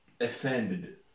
offended